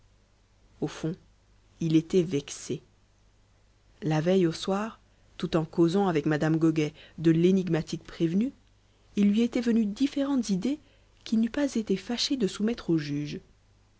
au fond il était vexé la veille au soir tout en causant avec madame goguet de l'énigmatique prévenu il lui était venu différentes idées qu'il n'eût pas été fâché de soumettre au juge